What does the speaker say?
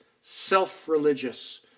self-religious